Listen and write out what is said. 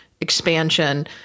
expansion